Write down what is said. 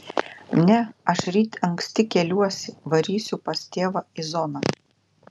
ne aš ryt anksti keliuosi varysiu pas tėvą į zoną